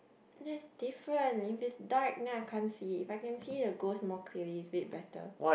it's different if it's dark then I can't see if I can see a ghost more clearly it's a bit better